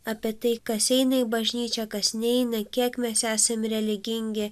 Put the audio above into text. apie tai kas eina į bažnyčią kas neina kiek mes esam religingi